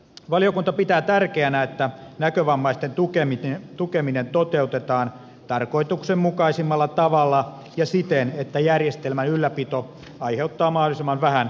valiokunta pitää tärkeänä että näkövammaisten tukeminen toteutetaan tarkoituksenmukaisimmalla tavalla ja siten että järjestelmän ylläpito aiheuttaa mahdollisimman vähän kustannuksia